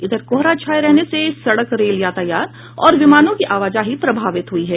इधर कोहरा छाये रहने से सड़क रेल यातायात और विमानों की आवाजाही प्रभावित हुई है